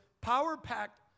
power-packed